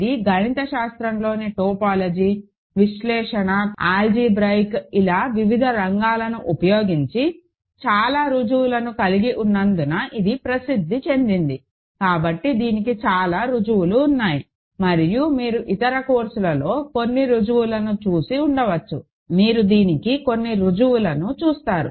ఇది గణితశాస్త్రంలోని టోపోలాజీ విశ్లేషణ ఆల్జీబ్రాయిక్ ఇలా వివిధ రంగాలను ఉపయోగించి చాలా రుజువులను కలిగి ఉన్నందున ఇది ప్రసిద్ధి చెందింది కాబట్టి దీనికి చాలా రుజువులు ఉన్నాయి మరియు మీరు ఇతర కోర్సులలో కొన్ని రుజువులను చూసి ఉండవచ్చు మీరు దీనికి కొన్ని రుజువులను చూస్తారు